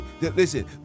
listen